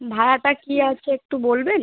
ভাড়াটা কী আছে একটু বলবেন